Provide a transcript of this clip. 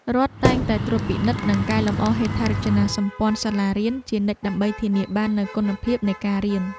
រដ្ឋតែងតែត្រួតពិនិត្យនិងកែលម្អហេដ្ឋារចនាសម្ព័ន្ធសាលារៀនជានិច្ចដើម្បីធានាបាននូវគុណភាពនៃការរៀន។